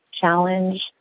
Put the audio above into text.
challenge